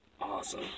Awesome